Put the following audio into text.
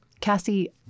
Cassie